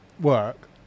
work